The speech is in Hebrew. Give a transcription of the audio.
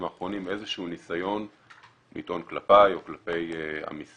האחרונים איזה שהוא ניסיון לטעון כלפיי או כלפי המשרד